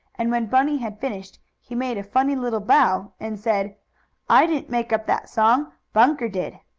and, when bunny had finished, he made a funny little bow, and said i didn't make up that song. bunker did!